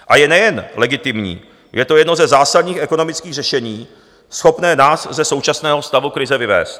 A je nejen legitimní, je to jedno ze zásadních ekonomických řešení, schopné nás ze současného stavu krize vyvést.